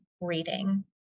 reading